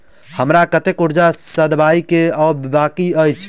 हमरा कतेक कर्जा सधाबई केँ आ बाकी अछि?